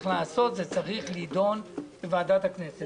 לעשות הוא שזה צריך להידון בוועדת החוקה.